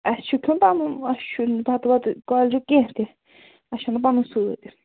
اَسہِ چھُ کھٮ۪ون پَنُن اَسہِ چھُنہٕ بَتہٕ وَتہٕ کالجُک کیٚنٛہہ تہِ اَسہِ چھُ اَنُن پَنُن سۭتۍ